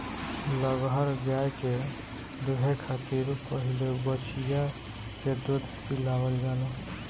लगहर गाय के दूहे खातिर पहिले बछिया के दूध पियावल जाला